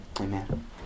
Amen